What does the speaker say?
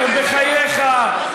בחייך,